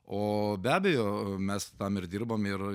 o be abejo mes tam ir dirbam ir